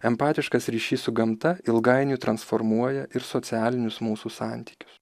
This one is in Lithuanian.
empatiškas ryšys su gamta ilgainiui transformuoja ir socialinius mūsų santykius